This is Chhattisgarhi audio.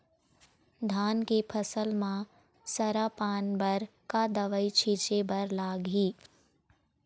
धान के फसल म सरा पान बर का दवई छीचे बर लागिही?